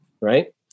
Right